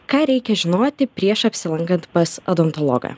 ką reikia žinoti prieš apsilankant pas odontologą